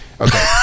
Okay